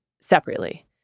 separately